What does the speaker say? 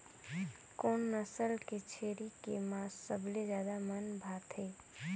कोन नस्ल के छेरी के मांस सबले ज्यादा मन भाथे?